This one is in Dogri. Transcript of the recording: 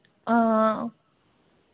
हां